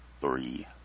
three